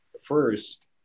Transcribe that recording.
First